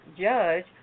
Judge